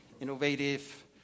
innovative